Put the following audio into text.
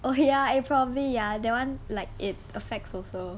oh ya eh probably ya that one like it affects also